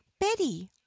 betty